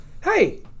Hey